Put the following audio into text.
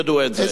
איזו שאלה.